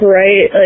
right